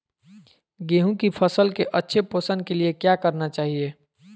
गेंहू की फसल के अच्छे पोषण के लिए क्या करना चाहिए?